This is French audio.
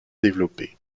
développée